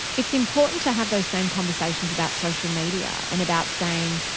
it's important to have those same conversations about social media and about saying,